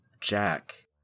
jack